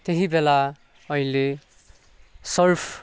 त्यही बेला मैले सर्फ